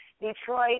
Detroit